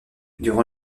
durant